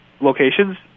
locations